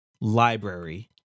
library